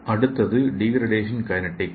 அடுத்தது degradation kinetics